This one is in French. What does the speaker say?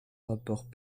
rapport